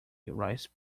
rice